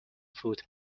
foot